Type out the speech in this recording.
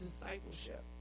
discipleship